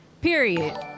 period